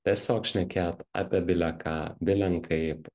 tiesiog šnekėt apie bileką bilenkaip